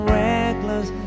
reckless